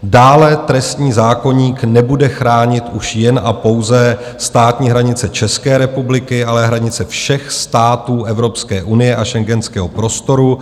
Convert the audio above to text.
Dále trestní zákoník nebude chránit už jen a pouze státní hranice České republiky, ale hranice všech států Evropské unie a schengenského prostoru.